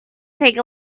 take